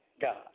God